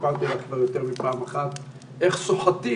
סיפרתי לך כבר יותר מפעם אחת איך סוחטים